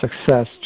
success